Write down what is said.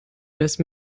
just